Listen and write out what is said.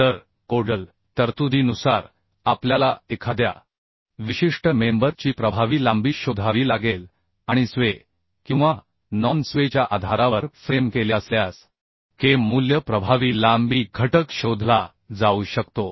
तर कोडल तरतुदीनुसार आपल्याला एखाद्या विशिष्ट मेंबर ची प्रभावी लांबी शोधावी लागेल आणि स्वे किंवा नॉन स्वेच्या आधारावर फ्रेम केले असल्यास K मूल्य प्रभावी लांबी घटक शोधला जाऊ शकतो